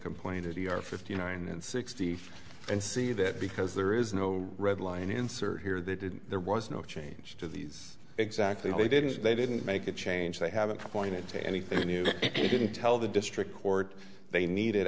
complaint to your fifty nine and sixty five and see that because there is no red line insert here they did there was no change to these exactly they didn't they didn't make a change they haven't pointed to anything new you couldn't tell the district court they needed